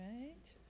right